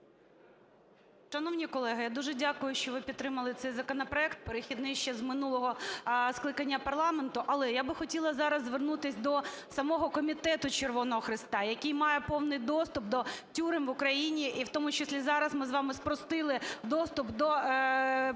Шановні колеги, я дуже дякую, що ви підтримали цей законопроект, перехідний ще з минулого скликання парламенту. Але я би хотіла зараз звернутись до самого Комітету Червоного Хреста, який має повний доступ до тюрем в Україні, і в тому числі зараз ми з вами спростили доступ до попередньо